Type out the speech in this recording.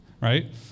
Right